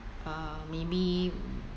uh maybe